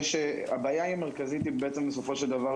הבעיה המרכזית היא בעצם שבסופו של דבר,